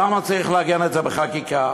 למה צריך לעגן את זה בחקיקה?